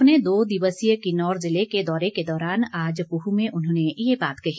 अपने दो दिवसीय किन्नौर दौरे के दौरान आज पूह में उन्होंने ये बात कही